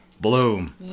Bloom